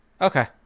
Okay